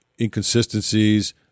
inconsistencies